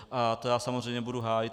A to já samozřejmě budu hájit.